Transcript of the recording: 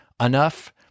enough